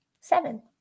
seven